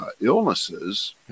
illnesses